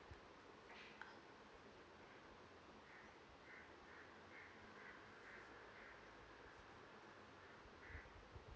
uh